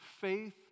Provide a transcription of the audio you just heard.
faith